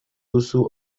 duzu